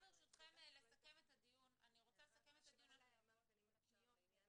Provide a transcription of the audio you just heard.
הערה אחת לעניין